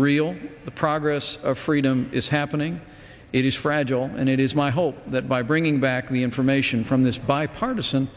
real the progress of freedom is happening it is fragile and it is my hope that by bringing back the information from this bipartisan